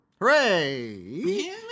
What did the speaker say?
Hooray